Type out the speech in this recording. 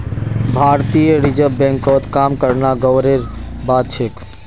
भारतीय रिजर्व बैंकत काम करना गर्वेर बात छेक